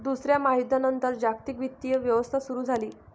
दुसऱ्या महायुद्धानंतर जागतिक वित्तीय व्यवस्था सुरू झाली